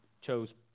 chose